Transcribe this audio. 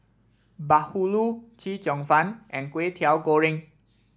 Bahulu Chee Cheong Fun and Kway Teow Goreng